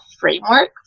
framework